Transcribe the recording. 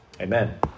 amen